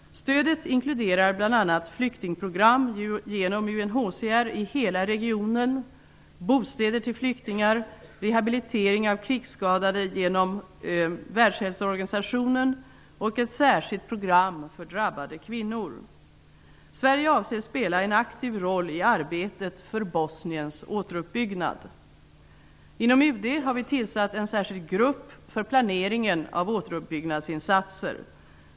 Stödet inkluderar bl.a. flyktingprogram genom UNHCR i hela regionen, bostäder till flyktingar, rehabilitering av krigsskadade genom WHO och ett särskilt program för drabbade kvinnor. Sverige avser att spela en aktiv roll i arbetet för Inom UD har vi tillsatt en särskild grupp för planeringen av återuppbyggnadsinsatser.